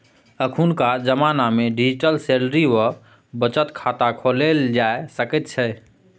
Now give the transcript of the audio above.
अखुनका जमानामे digital salary वा बचत खाता खोलल जा सकैत छै